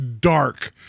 dark